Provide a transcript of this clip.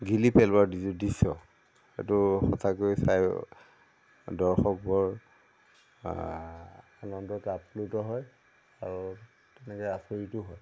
গিলি পেলোৱাৰ যিটো দৃশ্য সেইটো সঁচাকৈ চাই দৰ্শকবোৰ আনন্দত আপ্লুত হয় আৰু তেনেকৈ আচৰিতো হয়